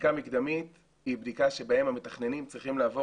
בדיקה מקדמית היא בדיקה שבה המתכננים צריכים לעבור